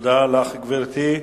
תודה לך, גברתי.